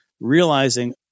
realizing